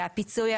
שהפיצוי,